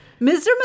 Mr